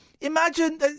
Imagine